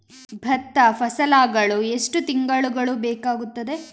ಭತ್ತ ಫಸಲಾಗಳು ಎಷ್ಟು ತಿಂಗಳುಗಳು ಬೇಕಾಗುತ್ತದೆ?